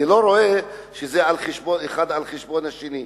אני לא רואה שהאחד על חשבון השני.